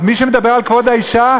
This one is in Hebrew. אז מי שמדבר על כבוד האישה,